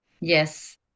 Yes